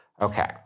Okay